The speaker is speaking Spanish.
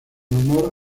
honor